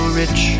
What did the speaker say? rich